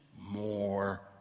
more